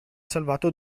salvato